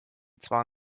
zwar